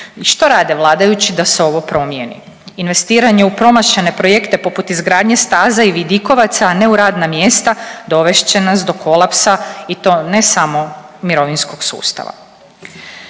što rade vladajući da se ovo promijeni? Investiranje u promašene projekte poput izgradnje staza i vidikovaca, a ne u radna mjesta dovest će nas do kolapsa i to ne samo mirovinskog sustava.